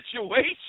situation